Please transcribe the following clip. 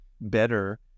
better